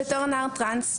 בתור נער טרנס,